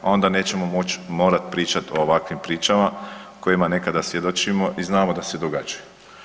Onda nećemo morati pričati o ovakvim pričama kojima nekada svjedočimo i znamo da se događaju.